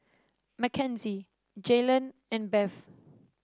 Mackenzie Jaylan and Beth